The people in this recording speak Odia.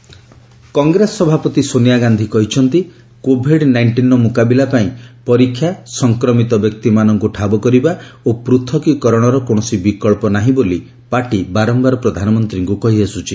ସୋନିଆଗାନ୍ଧୀ ଷ୍ଟେଟମେଣ୍ଟ କଂଗ୍ରେସ ସଭାପତି ସୋନିଆ ଗାନ୍ଧୀ କହିଛନ୍ତି କୋଭିଡ ନାଇଷ୍ଟିନ୍ର ମୁକାବିଲା ପାଇଁ ପରୀକ୍ଷା ସଂକ୍ରମିତ ବ୍ୟକ୍ତିମାନଙ୍କୁ ଠାବ କରିବା ଓ ପୂଥକୀକରଣର କୌଣସି ବିକ୍ସ ନାହିଁ ବୋଲି ପାର୍ଟି ବାରମ୍ଭାର ପ୍ରଧାନମନ୍ତ୍ରୀଙ୍କୁ କହିଆସୁଛି